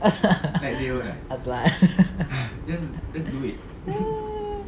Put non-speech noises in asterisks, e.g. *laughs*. *laughs* azlan *laughs*